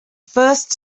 first